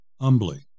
humbly